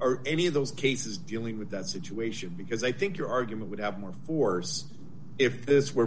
or any of those cases dealing with that situation because i think your argument would have more force if this were